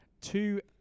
Two